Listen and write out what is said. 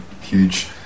huge